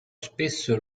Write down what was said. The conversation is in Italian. spesso